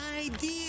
idea